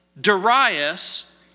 Darius